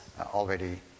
already